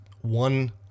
one